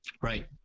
Right